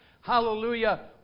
Hallelujah